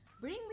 bring